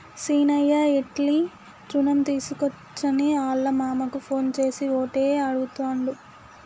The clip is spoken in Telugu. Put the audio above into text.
సీనయ్య ఎట్లి రుణం తీసుకోవచ్చని ఆళ్ళ మామకు ఫోన్ చేసి ఓటే అడుగుతాండు